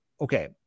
Okay